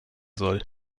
soll